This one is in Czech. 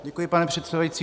Děkuji, pane předsedající.